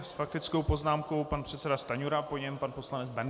S faktickou poznámkou pan předseda Stanjura, po něm pan poslanec Bendl.